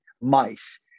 mice